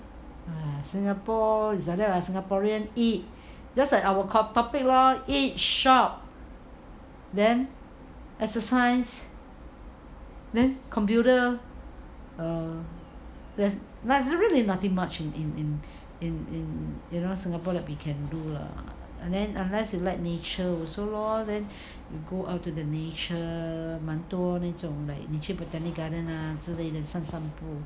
singapore is like that [what] singaporeans eat just like our topic lor eat shop then exercise then computer err there's not there's really nothing much in in in in in you know singapore that we can do lah and then unless you like nature also lor then go out to the nature 蛮多那种 like 你去 botanic garden ah 之类的散散步